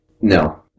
No